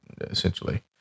essentially